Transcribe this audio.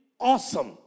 awesome